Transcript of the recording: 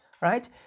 right